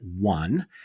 one